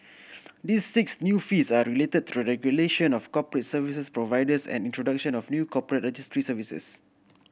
this six new fees are related to the regulation of corporate services providers and introduction of new corporate registry services